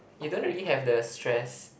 you don't really have the stress